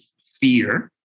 fear